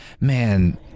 man